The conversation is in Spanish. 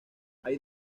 hay